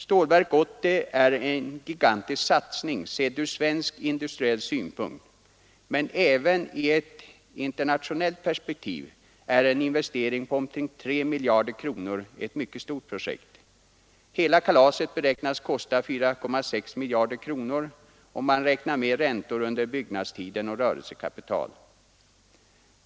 Stålverk 80 är en gigantisk satsning sedd ur svensk industriell synpunkt, men även i ett internationellt perspektiv är en investering på omkring 3 miljarder kronor ett mycket stort projekt. Hela kalaset beräknas kosta 4,6 miljarder kronor om man tar med räntor under byggnadstiden och rörelsekapital.